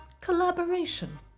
collaboration